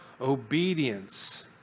obedience